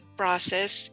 process